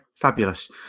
fabulous